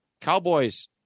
Cowboys